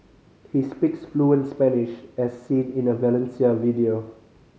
he speaks fluent Spanish as seen in a Valencia video